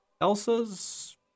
Elsa's